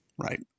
right